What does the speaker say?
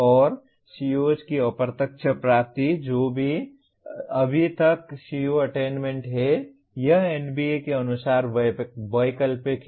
और COs की अप्रत्यक्ष प्राप्ति जो अभी तक CO अटेन्मेन्ट है यह NBA के अनुसार वैकल्पिक है